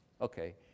Okay